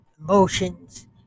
emotions